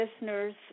listeners